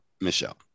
Michelle